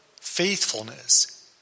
faithfulness